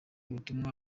butumwa